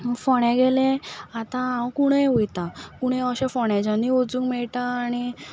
फोंड्यां गेलें आतां हांव कुंडय वयतां कुंडय अशें फोंड्याच्यानूय वचूंक मेळटा आनी